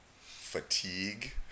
fatigue